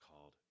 called